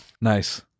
Nice